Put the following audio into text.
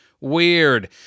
Weird